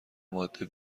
ماده